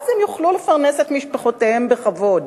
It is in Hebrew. הם יוכלו לפרנס את משפחותיהם בכבוד.